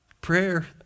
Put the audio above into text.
Prayer